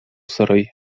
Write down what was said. сорый